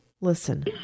Listen